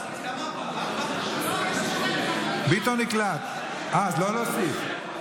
הכנסת, ביטון נקלט, אז לא להוסיף.